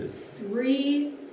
three